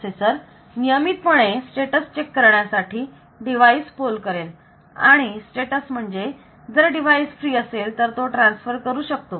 processor नियमितपणे status check करण्यासाठी device poll करेल आणि स्टेटस म्हणजे जर डिवाइस फ्री असेल तर तो ट्रान्सफर करू शकतो